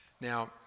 Now